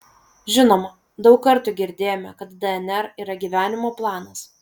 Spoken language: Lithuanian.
žinoma daug kartų girdėjome kad dnr yra gyvenimo planas